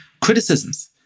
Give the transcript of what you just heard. criticisms